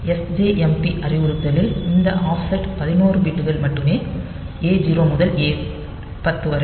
sjmp அறிவுறுத்தலில் இந்த offset 11 பிட்கள் மட்டுமே A0 முதல் A10 வரை